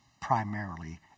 primarily